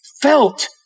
felt